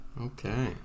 Okay